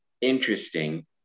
interesting